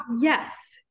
yes